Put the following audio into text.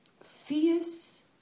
fierce